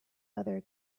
other